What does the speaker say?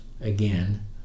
again